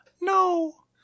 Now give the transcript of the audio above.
no